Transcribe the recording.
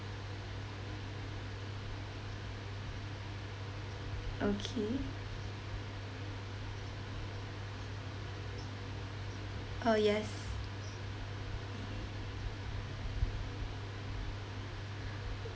okay uh yes